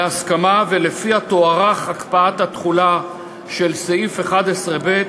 להסכמה שלפיה תוארך הקפאת התחולה של סעיף 11(ב)